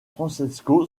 francesco